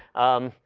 um,